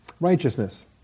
righteousness